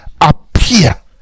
appear